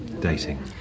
Dating